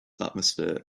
atmosphere